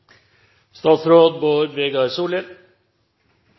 statsråd Solhjell